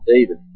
David